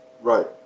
Right